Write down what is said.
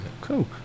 cool